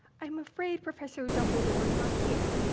i'm afraid professor dumbledore is not here.